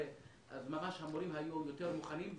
המורים היו יותר מוכנים.